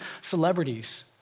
celebrities